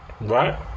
Right